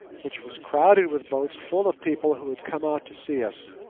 which was crowded with boats full of people who had come out to see us.